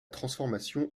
transformation